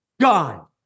gone